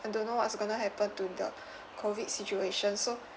I don't know what's going to happen to the COVID situation so